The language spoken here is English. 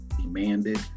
demanded